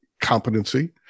competency